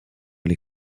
les